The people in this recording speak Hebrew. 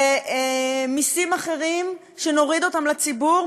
ומסים אחרים שנוריד לציבור,